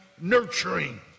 nurturing